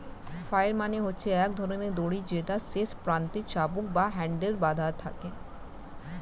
flail মানে হচ্ছে এক ধরণের দড়ি যেটার শেষ প্রান্তে চাবুক আর হ্যান্ডেল বাধা থাকে